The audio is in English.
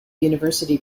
university